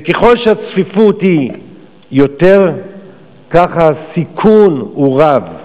ככל שהצפיפות רבה יותר כך הסיכון הוא רב.